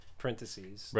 parentheses